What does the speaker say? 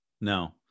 No